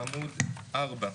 בעמוד 4,